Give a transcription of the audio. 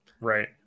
right